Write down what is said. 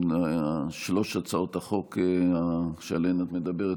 בשלוש הצעות החוק שעליהן את מדברת,